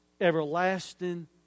everlasting